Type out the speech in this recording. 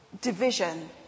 division